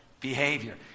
behavior